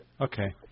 Okay